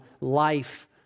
life